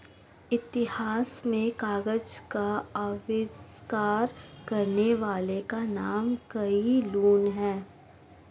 इतिहास में कागज का आविष्कार करने वाले का नाम काई लुन है